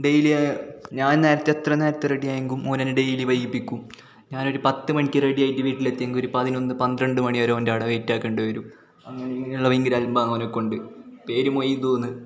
ഡേയ്ലിയേ ഞാൻ നേരത്തെ എത്ര നേരത്തെ റെഡി ആയെങ്കിൽ ഓൻ എന്നെ ഡേയ്ലി വൈകിപ്പിക്കും ഞാൻ ഒരു പത്ത് മണിക്ക് റെഡി ആയിട്ട് വീട്ടിൽ എത്തിയെങ്കിൽ ഒരു പതിനൊന്ന് പത്രണ്ട് മണി വരെ ഓൻ്റെ അവിടെ വെയിറ്റാക്കേണ്ടി വരും അങ്ങനെ ഇങ്ങനെയുള്ള ഭയങ്കര അൽമ്പാ ഓനെ ക്കൊണ്ട് പേര് മൊയ്ദൂന്ന്